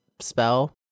spell